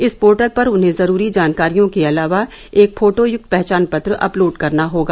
इस पोर्टल पर उन्हें जरूरी जानकारियों के अलावा एक फोटो युक्त पहचान पत्र अपलोड करना होगा